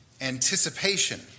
anticipation